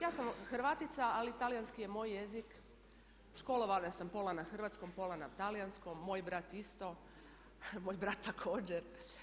Ja sam Hrvatica ali Talijanski je moj jezik, školovana sam pola na hrvatskom, pola na talijanskom, moj brat isto, moj brat također.